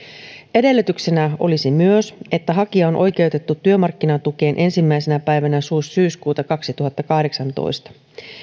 edellytyksenä olisi myös että hakija on oikeutettu työmarkkinatukeen ensimmäisenä päivänä syyskuuta kaksituhattakahdeksantoista